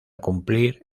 cumplir